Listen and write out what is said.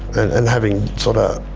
and, and having sorta,